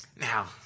Now